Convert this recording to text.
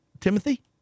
Timothy